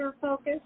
focus